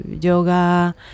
yoga